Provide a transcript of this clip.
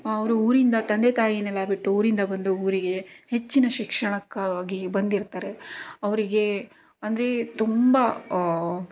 ಅವರು ಊರಿಂದ ತಂದೆ ತಾಯಿಯನ್ನೆಲ್ಲಾ ಬಿಟ್ಟು ಊರಿಂದ ಬಂದು ಊರಿಗೆ ಹೆಚ್ಚಿನ ಶಿಕ್ಷಣಕ್ಕಾಗಿ ಬಂದಿರ್ತಾರೆ ಅವರಿಗೆ ಅಂದರೆ ತುಂಬ